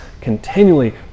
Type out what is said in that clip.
continually